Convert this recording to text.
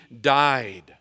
died